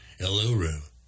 Eluru